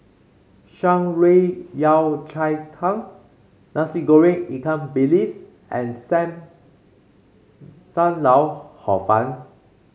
Shan Rui Yao Cai Tang Nasi Goreng Ikan Bilis and sam Sam Lau Hor Fun